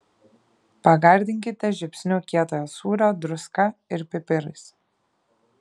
pagardinkite žiupsniu kietojo sūrio druska ir pipirais